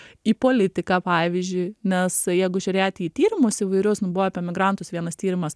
į politiką pavyzdžiui nes jeigu žiūrėti į tyrimus įvairius nu buvo apie migrantus vienas tyrimas